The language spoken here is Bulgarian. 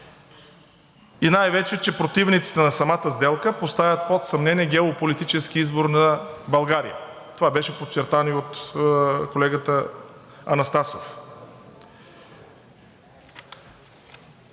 Най-вече, че противниците на самата сделка поставят под съмнение геополитическия избор на България. Това беше подчертано и от колегата Анастасов.